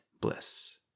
bliss